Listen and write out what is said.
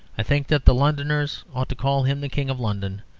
i think that the londoners ought to call him the king of london,